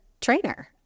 trainer